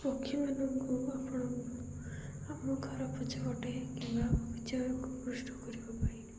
ପକ୍ଷୀମାନଙ୍କୁ ଆପଣଙ୍କୁ ଆମ ଘର ପଛ ପଟେ କିମ୍ବା ବିଜୟକୁ ପୃଷ୍ଟ କରିବା ପାଇଁ